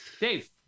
Dave